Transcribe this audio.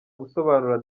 gusobanura